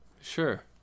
Sure